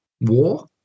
War